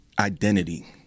identity